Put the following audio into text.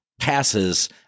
passes